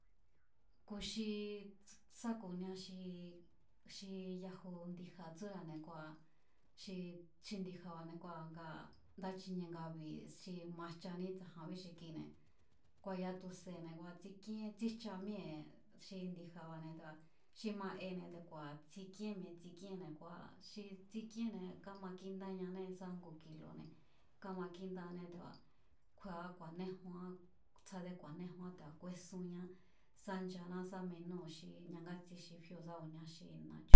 Ku̱ xi sá ku̱nia xi xi yaju ndi̱ja̱ tsúra̱ne̱ kua̱ xi xi ndi̱ja̱ba̱ne̱ kua̱ ngaa̱ nda chinie nga bi̱ si majchaní tsa̱janbí xi kine̱ kua̱ ya̱a tu̱se̱ne̱ tsik'íén chíjcha míée̱ xi ndi̱ja̱ba̱ne̱ tea̱ xi ma'ene̱ teku̱a̱ tsik'íen mi̱e̱ tsik'íenne̱ te̱ku̱a̱ xi tsik'íene̱ káma kíndáñanée̱ sa ngu kilu̱ne̱ kámakíndañanée̱ te̱ku̱a̱ kjúée̱án ku̱a̱néjuán tsjádé ku̱a̱néjuán te̱ku̱a̱ kúésunñá sá nchaná sá minúu̱n xi ñangátsi xi fíóo̱ sá ku̱ni xi na̱chu̱.